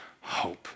Hope